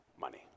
money